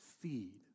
feed